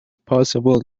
possible